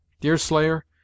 Deerslayer